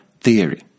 theory